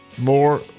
more